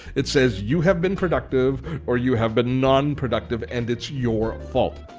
it says you have been productive or you have been non-productive and it's your fault.